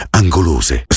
angolose